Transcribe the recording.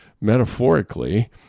metaphorically